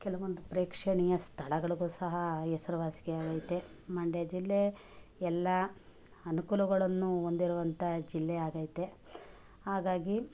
ಕೆಲವೊಂದು ಪ್ರೇಕ್ಷಣೀಯ ಸ್ಥಳಗಳಿಗೂ ಸಹ ಹೆಸರುವಾಸಿಯಾಗೈತೆ ಮಂಡ್ಯ ಜಿಲ್ಲೆ ಎಲ್ಲ ಅನುಕೂಲಗಳನ್ನು ಹೊಂದಿರುವಂಥ ಜಿಲ್ಲೆ ಆಗೈತೆ ಹಾಗಾಗಿ